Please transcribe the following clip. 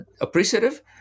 appreciative